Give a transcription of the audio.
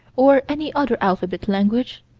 or any other alphabet-language,